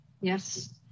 Yes